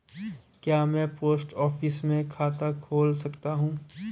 क्या मैं post office में खाता खोल सकता हूँ?